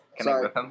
Sorry